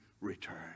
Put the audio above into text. return